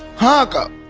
hurry up.